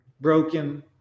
broken